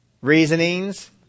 reasonings